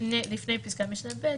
לפני פסקת משנה ב',